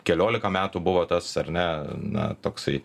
kelioliką metų buvo tas ar ne na toksai